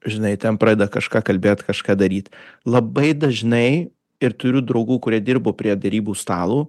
žinai ten pradeda kažką kalbėt kažką daryt labai dažnai ir turiu draugų kurie dirbo prie derybų stalo